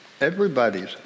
everybody's